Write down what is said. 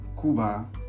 Cuba